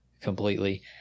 completely